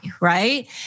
right